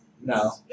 No